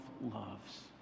loves